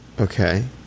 Okay